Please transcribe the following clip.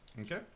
okay